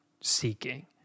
seeking